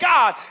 God